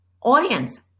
audience